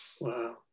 Wow